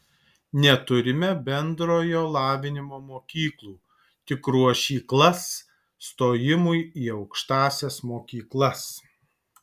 neturime bendrojo lavinimo mokyklų tik ruošyklas stojimui į aukštąsias mokyklas